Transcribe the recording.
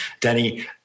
Danny